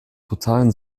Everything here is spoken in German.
totalen